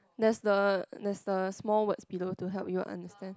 there's the there's the small words below to help you understand